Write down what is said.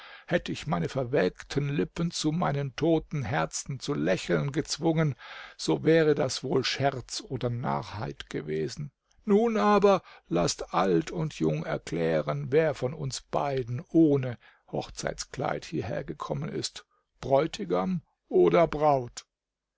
hätt ich meine verwelkten lippen zu meinem toten herzen zu lächeln gezwungen so wäre das wohl scherz oder narrheit gewesen nun aber laßt alt und jung erklären wer von uns beiden ohne hochzeitskleid hierher gekommen ist bräutigam oder braut